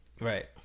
Right